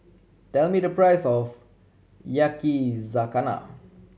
tell me the price of Yakizakana